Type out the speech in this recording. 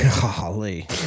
Golly